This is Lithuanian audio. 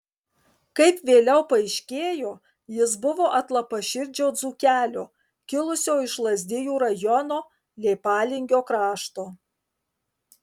kaip vėliau paaiškėjo jis buvo atlapaširdžio dzūkelio kilusio iš lazdijų rajono leipalingio krašto